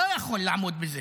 לא יכול לעמוד בזה,